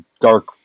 dark